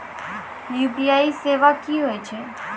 UPI सेवा की होय छै?